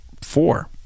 four